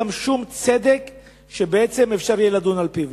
שום צדק שבעצם אפשר יהיה לדון על-פיו.